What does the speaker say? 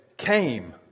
came